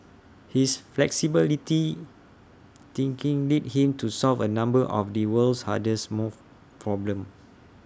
his flexibility thinking led him to solve A number of the world's hardest more problems